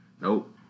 nope